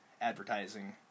advertising